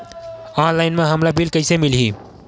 Online म हमला bill कइसे मिलही?